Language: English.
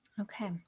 Okay